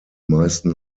meisten